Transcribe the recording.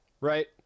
Right